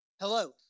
Hello